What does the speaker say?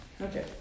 Okay